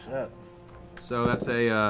matt so that's a